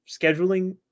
scheduling